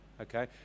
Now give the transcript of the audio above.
Okay